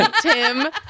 Tim